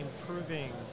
improving